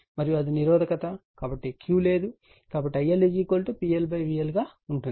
మరియు ఇది నిరోధకత కాబట్టి Q లేదు కాబట్టి IL PL VL గా ఉంటుంది